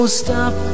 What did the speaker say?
stop